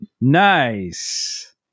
Nice